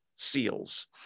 seals